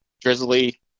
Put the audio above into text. drizzly